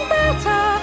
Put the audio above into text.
better